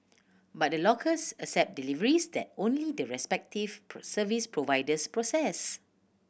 but the lockers accept deliveries that only the respective service providers process